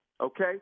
okay